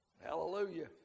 Hallelujah